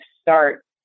start